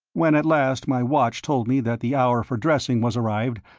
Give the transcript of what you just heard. when at last my watch told me that the hour for dressing was arrived,